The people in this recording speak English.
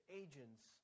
agents